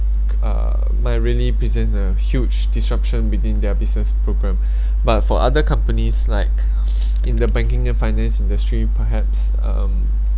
uh might really present a huge disruption within their business programme but for other companies like in the banking and finance industry perhaps um